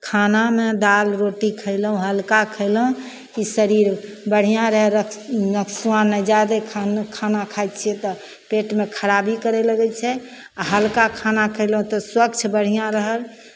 खानामे दालि रोटी खयलहुँ हल्का खयलहुँ ई शरीर बढ़िआँ रहय र रफुआँ नहि जादे खान् खाना खाइ छियै तऽ पेटमे खराबी करै लगै छै आ हल्का खाना खयलहुँ तऽ स्वच्छ बढ़िआँ रहल